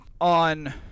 On